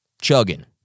chugging